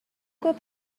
گفت